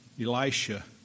Elisha